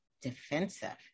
defensive